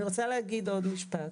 אני רוצה להגיד עוד משפט.